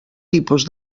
tipus